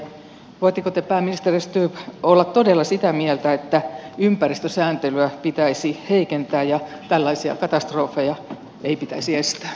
voitteko te pääministeri stubb olla todella sitä mieltä että ympäristösääntelyä pitäisi heikentää ja tällaisia katastrofeja ei pitäisi estää